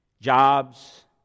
Jobs